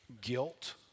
guilt